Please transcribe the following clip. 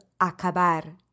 acabar